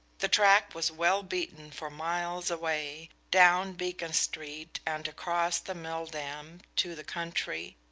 the track was well beaten for miles away, down beacon street and across the milldam to the country,